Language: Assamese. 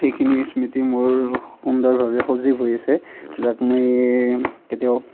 সেইখিনি স্মৃতি মোৰ সুন্দৰভাৱে সজীৱ হৈ আছে যাক মই কেতিয়াও